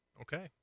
Okay